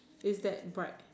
is that bright